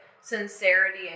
sincerity